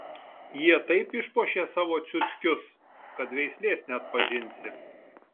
jie taip išpuošė savo ciuckius kad veislės neatpažinsi